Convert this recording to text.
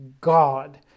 God